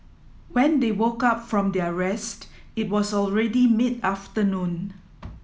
when they woke up from their rest it was already mid afternoon